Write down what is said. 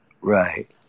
Right